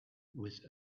with